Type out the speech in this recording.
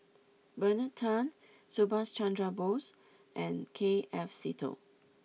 Bernard Tan Subhas Chandra Bose and K F Seetoh